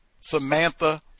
Samantha